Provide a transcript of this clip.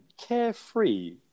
carefree